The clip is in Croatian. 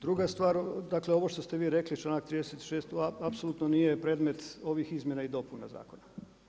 Druga stvar, dakle ovo što ste vi rekli članak 36a. apsolutno nije predmet ovih izmjena i dopuna zakona.